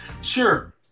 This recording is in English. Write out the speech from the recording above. Sure